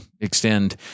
extend